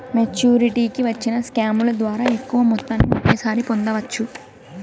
మెచ్చురిటీకి వచ్చిన స్కాముల ద్వారా ఎక్కువ మొత్తాన్ని ఒకేసారి పొందవచ్చు